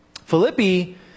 Philippi